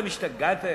אתם השתגעתם?